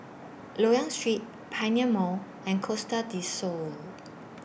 Loyang Street Pioneer Mall and Costa Del Sol